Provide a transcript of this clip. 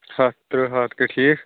ہَتھ تٕرٛہ ہَتھ گٔے ٹھیٖک